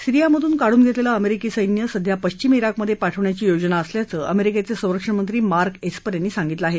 सिरीयामधून काढून घेतलेलं अमेरिकन सैन्य सध्या पश्चिम इराकमधे पाठवण्याची योजना असल्याचं अमेरिकेचे संरक्षण मंत्री मार्क एस्पर यांनी सांगितलं आहे